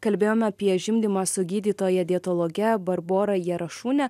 kalbėjome apie žimdymą su gydytoja dietologe barbora jarašūne